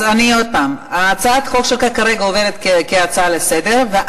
אז אני עוד פעם: הצעת החוק שלך כרגע עוברת כהצעה לסדר-היום,